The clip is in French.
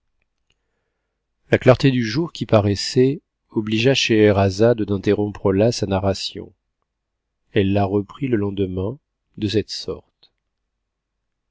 la clarté du jour qui paraissait obligea scheherazade d'interrompre a sa narration elle la reprit le lendemain de cette sorte